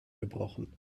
gebrochen